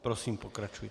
Prosím, pokračujte.